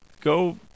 go